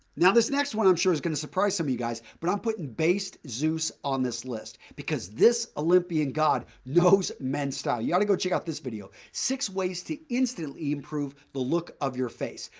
now, this next one i'm sure is going to surprise some of you guys, but i'm putting based zeus on this list because this olympian god knows men style. you ought to go check out this video, six ways to instantly improve the look of your face.